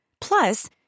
Plus